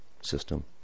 system